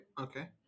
Okay